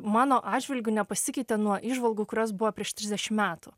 mano atžvilgiu nepasikeitė nuo įžvalgų kurios buvo prieš trisdešim metų